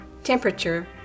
Temperature